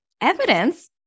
evidence